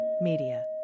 Media